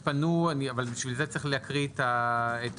אבל בשביל זה צריך להקריא את הנוסח.